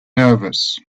nervous